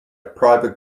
private